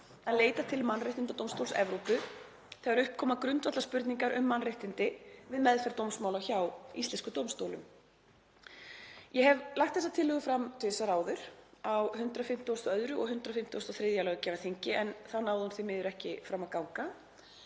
að leita til Mannréttindadómstóls Evrópu þegar upp koma grundvallarspurningar um mannréttindi við meðferð dómsmála hjá íslenskum dómstólum. Ég hef lagt þessa tillögu fram tvisvar áður, á 152. og 153. löggjafarþingi, en þá náði hún því miður ekki fram að ganga